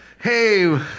Hey